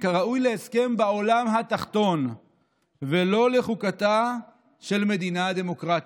"כראוי להסכם בעולם התחתון ולא לחוקתה של מדינה דמוקרטית".